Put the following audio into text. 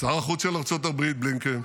שר החוץ של ארצות הברית בלינקן,